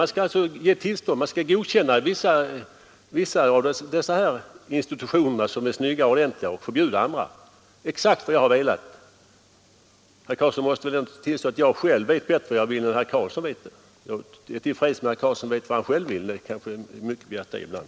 Man skall ge tillstånd till och godkänna vissa av dessa institut, som är snygga och ordentliga, och förbjuda andra. Det är exakt vad jag velat. Herr Karlsson måste väl ändå tillstå att jag själv vet bättre vad jag vill än herr Karlsson vet. Jag är till freds om herr Karlsson vet vad han själv vill. Det kanske är mycket att begära det ibland.